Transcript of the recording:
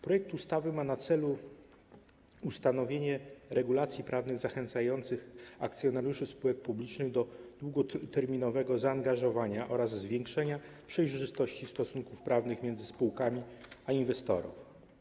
Projekt ustawy ma na celu ustanowienie regulacji prawnych zachęcających akcjonariuszy spółek publicznych do długoterminowego zaangażowania oraz zwiększenia przejrzystości stosunków prawnych między spółkami a inwestorem.